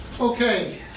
Okay